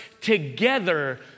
together